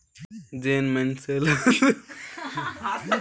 जेन मइनसे ल दूद अउ दूद के बेवसाय करना होथे ते हर बड़खा नसल के गाय, भइसी ल राखथे